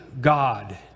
God